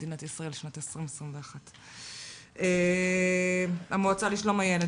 מדינת ישראל בשנת 2021. המועצה לשלום הילד